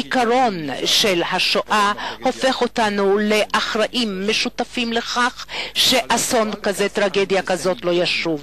הזיכרון של השואה הופך אותנו לאחראים משותפים לכך שטרגדיה כזאת לא תשוב.